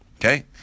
okay